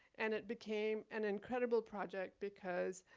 and it became an incredible project because